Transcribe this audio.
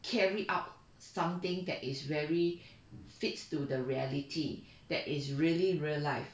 carry out something that is very fixed to the reality that is really real life